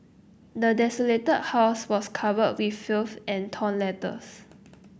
the desolated house was covered with filth and torn letters